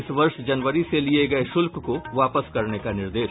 इस वर्ष जनवरी से लिये गये शुल्क को वापस करने का निर्देश